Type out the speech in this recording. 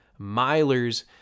milers